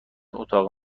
اتاق